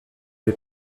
les